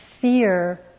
fear